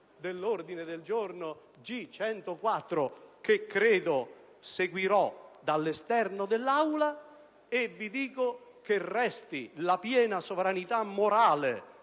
dell'ordine del giorno G104, che credo seguirò dall'esterno dell'Aula, ma vi dico: resti la piena sovranità morale